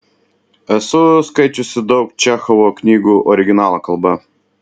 esu skaičiusi daug čechovo knygų originalo kalba